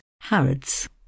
Harrods